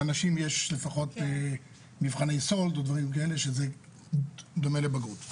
לנשים יש לפחות מבחני סולד או דברים כאלה שזה דומה לבגרות.